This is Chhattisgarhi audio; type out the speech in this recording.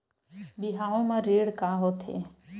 बिहाव म ऋण का होथे?